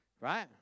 right